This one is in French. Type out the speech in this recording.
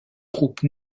troupes